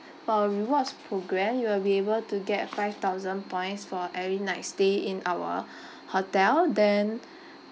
for our rewards programme you will be able to get five thousand points for every night stay in our hotel then